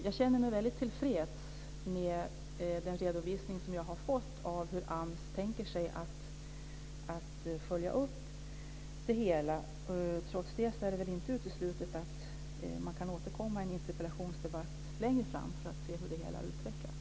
Jag känner mig ändå väldigt tillfreds med den redovisning som jag har fått av hur AMS tänker sig att följa upp det hela. Trots det är det väl inte uteslutet att man kan återkomma i en interpellationsdebatt längre fram för att se hur det hela utvecklats.